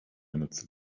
minutes